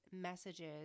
messages